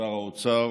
שר האוצר